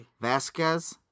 Vasquez